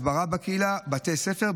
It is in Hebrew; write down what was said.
הסברה בקהילה ובבתי הספר,